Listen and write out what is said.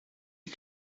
you